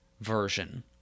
version